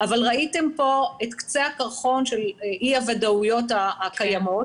אבל ראיתם כאן את קצה הקרחון של אי הוודאויות הקיימות